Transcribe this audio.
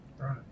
Right